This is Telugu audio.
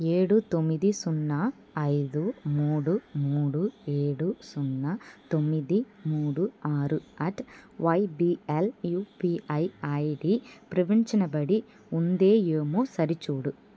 ఏడు తొమ్మిది సున్నా ఐదు మూడు మూడు ఏడు సున్నా తొమ్మిది మూడు ఆరు అట్ వైబీఎల్ యూపీఐ ఐడీ దృవీకరరించబడి ఉంది ఏమో సరిచూడు